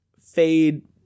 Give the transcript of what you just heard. Fade